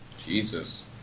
Jesus